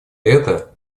это